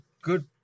good